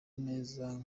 neza